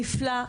נפלא.